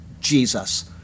Jesus